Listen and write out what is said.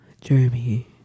Jeremy